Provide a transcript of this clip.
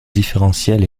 différentiel